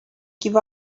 give